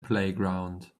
playground